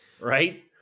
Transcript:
right